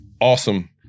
awesome